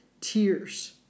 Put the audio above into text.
tears